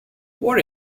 what